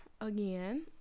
again